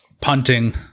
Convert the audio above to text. punting